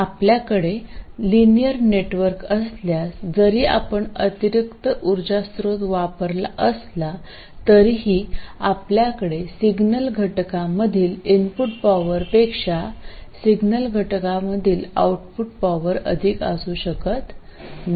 आपल्याकडे linear network असल्यास जरी आपण अतिरिक्त उर्जा स्त्रोत वापरत असला तरीही आपल्याकडे सिग्नल घटकामधील इनपुट पॉवरपेक्षा सिग्नल घटकामधील आउटपुट पॉवर अधिक असू शकत नाही